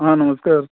आं नमस्कार